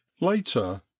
later